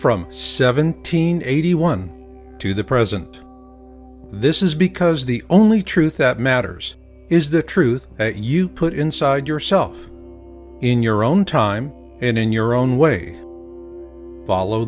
from seventeen eighty one to the present this is because the only truth that matters is the truth that you put inside yourself in your own time and in your own way follow